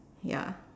ya